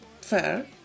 Fair